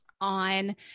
on